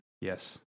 Yes